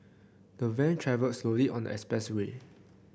the van travelled slowly on the expressway